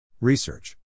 Research